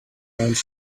around